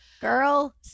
girl